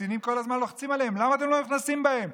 הקצינים כל הזמן לוחצים עליהם: למה אתם לא נכנסים בהם,